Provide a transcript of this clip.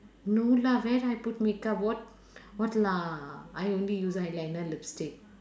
no lah where I put makeup what what lah I only use eyeliner lipstick